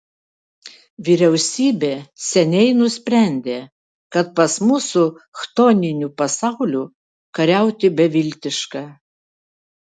vyriausybė seniai nusprendė kad pas mus su chtoniniu pasauliu kariauti beviltiška